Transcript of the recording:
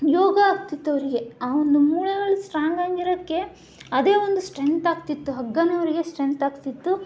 ಯೋಗ ಆಗ್ತಿತ್ತು ಅವರಿಗೆ ಆ ಒಂದು ಮೂಳೆಗಳು ಸ್ಟ್ರಾಂಗ್ ಆಗಿರೋಕೆ ಅದೇ ಒಂದು ಸ್ಟ್ರೆಂತ್ ಆಗ್ತಿತ್ತು ಹಗ್ಗವೇ ಅವ್ರಿಗೆ ಸ್ಟ್ರೆಂತ್ ಆಗ್ತಿತ್ತು